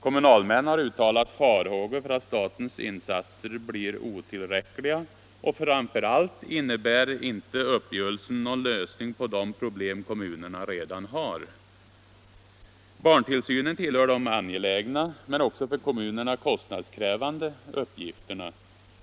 Kommunalmän har uttalat farhågor för att statens insatser blir otillräckliga, och framför allt innebär inte uppgörelsen någon lösning på de problem kommunerna redan har. Barntillsynen tillhör de angelägna men också för kommunerna kostnadskrävande uppgifterna.